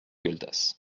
gueltas